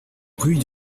rue